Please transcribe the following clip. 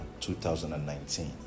2019